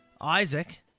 Isaac